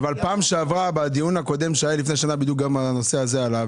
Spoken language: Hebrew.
אבל פעם שעברה בדיון הקודם שהיה לפני שנה הנושא הזה עלה,